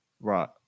Right